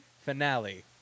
finale